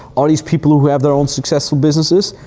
are these people who who have their own successful businesses?